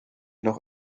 noch